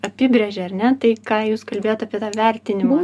apibrėžia ar ne tai ką jūs kalbėjot apie tą vertinimą